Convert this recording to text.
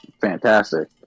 fantastic